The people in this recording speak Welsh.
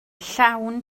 llawn